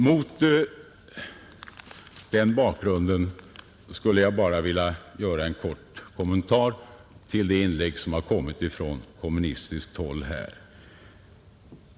Mot den bakgrunden skulle jag vilja göra en kort kommentar till de inlägg som har kommit från kommunistiskt håll.